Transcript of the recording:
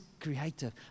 creative